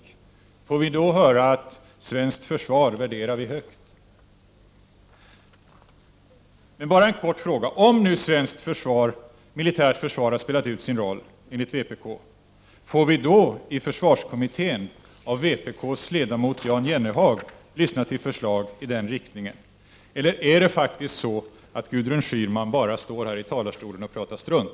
Då får vi kanske höra: Svenskt försvar värderar vi högt. Bara en liten fråga: Om nu svenskt militärt försvar enligt vpk har spelat ut sin roll, får vi då i försvarskommittén av vpk:s ledamot Jan Jennehag lyssna till förslag i den riktningen, eller är det faktiskt så att Gudrun Schyman bara står här i talarstolen och pratar strunt?